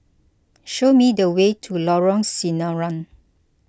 show me the way to Lorong Sinaran